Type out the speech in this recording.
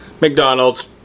McDonald's